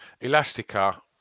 Elastica